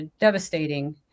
devastating